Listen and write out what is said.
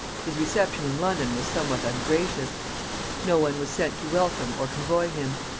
his reception in london was somewhat ungracious no one was sent to welcome or convoy him,